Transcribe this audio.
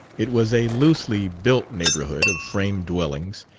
it was a loosely-built neighborhood of frame dwellings,